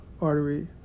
artery